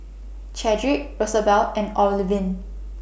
Chadrick Rosabelle and Olivine